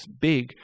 big